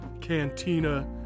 cantina